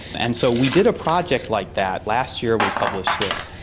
and so we did a project like that, last year we published this,